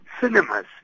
cinemas